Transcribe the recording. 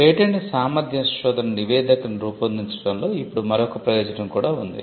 patent సామర్థ్య శోధన నివేదికను రూపొందించడంలో ఇప్పుడు మరొక ప్రయోజనం కూడా ఉంది